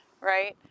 right